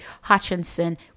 Hutchinson